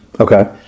okay